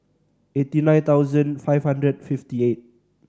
eighty nine thousand five hundred fifty eight